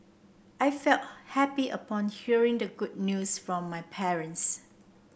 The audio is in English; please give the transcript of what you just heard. I felt happy upon hearing the good news from my parents